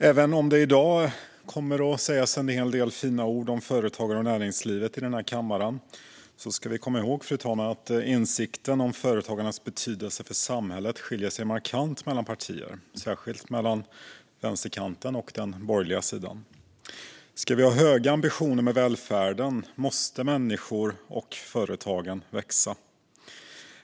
Även om det i dag kommer att sägas en hel del fina ord om företagare och näringslivet i denna kammare ska vi komma ihåg, fru talman, att insikten om företagarnas betydelse för samhället skiljer sig markant mellan partier, särskilt mellan vänsterkanten och den borgerliga sidan. Ska vi ha höga ambitioner med välfärden måste människor arbeta och företagen växa.